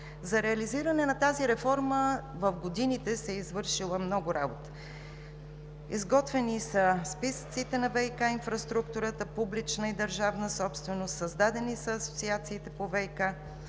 За реализиране на тази реформа в годините се е извършила много работа – изготвени са списъците на Вик инфраструктурата публична и държавна собственост, създадени са асоциациите по ВиК,